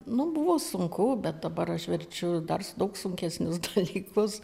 nu buvo sunku bet dabar aš verčiu dar daug sunkesnius dalykus